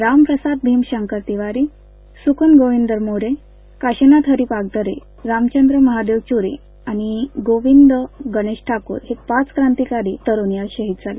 रामप्रसाद भीमशंकर तिवारी सुकुर गोविंद मोरे काशीनाथ हरी पागधरे रामचंद्र महादेव चुरी आणि गोविंद गणेश ठाकुर हे पाच क्रांतिकारी तरुण यात शहीद झाले